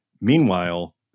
Meanwhile